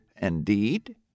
Indeed